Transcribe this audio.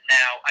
now